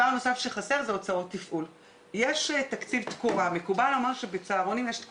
אז באותה תקופה היו הרבה גנים שהיו גנים פרטיים והם לא היו בתוך